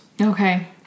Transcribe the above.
Okay